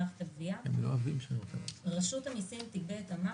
"מערכת הגבייה 31. רשות המסים תגבה את המס,